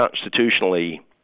constitutionally